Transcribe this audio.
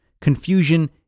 confusion